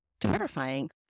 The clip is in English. terrifying